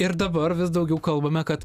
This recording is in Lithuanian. ir dabar vis daugiau kalbame kad